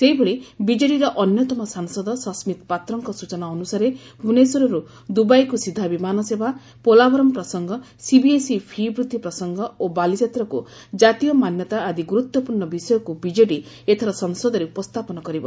ସେହିଭଳି ବିଜେଡ଼ିର ଅନ୍ୟତମ ସାଂସଦ ସସ୍ଗିତ ପାତ୍ରଙ୍କ ସୂଚନା ଅନୁସାରେ ଭୁବନେଶ୍ୱରରୁ ଦୁବାଇକୁ ସିଧା ବିମାନ ସେବା ପୋଲାଭରମ ପ୍ରସଙ୍ଙ ସିବିଏସ୍ଇ ଫି' ବୃଦ୍ଧି ପ୍ରସଙ୍ଙ ଓ ବାଲିଯାତ୍ରାକୁ କାତୀୟ ମାନ୍ୟତା ଆଦି ଗୁରୁତ୍ପୂର୍ଶ୍ର ବିଷୟକୁ ବିଜେଡ଼ି ଏଥର ସଂସଦରେ ଉପସ୍ରାପନ କରିବ